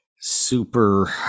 super